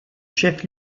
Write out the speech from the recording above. chef